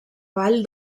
vall